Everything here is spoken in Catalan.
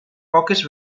poques